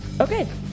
okay